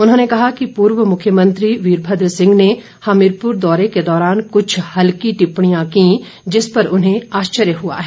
उन्होंने कहा कि पूर्व मुख्यमंत्री वीरभद्र सिंह ने हमीरपुर दौरे के दौरान कुछ हल्की टिप्पणियां की जिस पर उन्हें आश्चर्य हुआ है